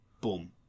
boom